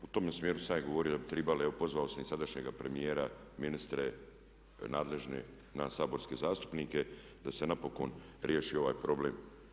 Pa u tome smjeru sam i ja govorio da bi tribalo, evo pozvao sam i sadašnjega premijera, ministre nadležne, nas saborske zastupnike da se napokon riješi ovaj problem.